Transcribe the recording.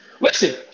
listen